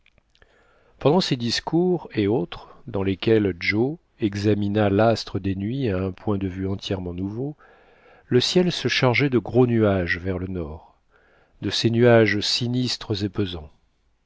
pendant ces discours et autres dans lesquels joe examina l'astre des nuits à un point de vue entièrement nouveau le ciel se chargeait de gros nuages vers le nord de ces nuages sinistres et pesants